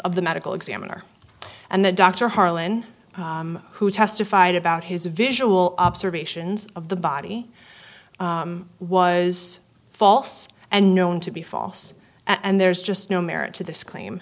of the medical examiner and the dr harlan who testified about his visual observations of the body was false and known to be false and there's just no merit to this claim